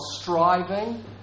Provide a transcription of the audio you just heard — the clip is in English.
striving